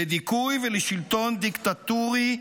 לדיכוי ולשלטון דיקטטורי,